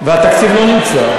והתקציב לא נמצא.